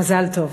מזל טוב.